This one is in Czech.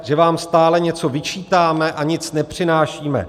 Že vám stále něco vyčítáme a nic nepřinášíme.